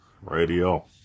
Radio